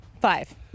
Five